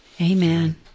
amen